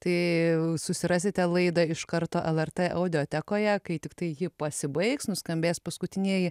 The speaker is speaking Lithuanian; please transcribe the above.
tai susirasite laidą iš karto lrt audiotekoje kai tiktai ji pasibaigs nuskambės paskutinieji